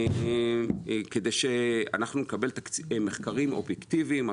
כדי שנקבל מחקרים אובייקטיביים,